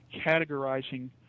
categorizing